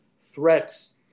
threats